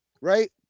Right